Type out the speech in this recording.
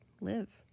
live